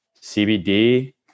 CBD